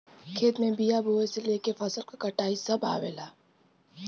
खेत में बिया बोये से लेके फसल क कटाई सभ आवेला